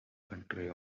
country